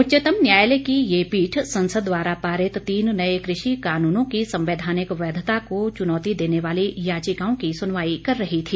उच्चतम न्यायालय की यह पीठ संसद द्वारा पारित तीन नए कृषि कानूनों की संवैधानिक वैधता को चुनौती देने वाली याचिकाओं की सुनवाई कर रही थी